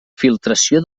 filtració